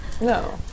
No